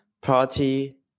Party